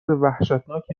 وحشتناکی